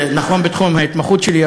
זה נכון בתחום ההתמחות שלי,